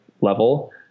level